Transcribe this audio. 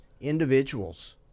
individuals